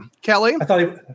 Kelly